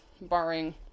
barring